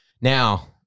Now